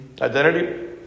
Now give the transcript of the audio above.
Identity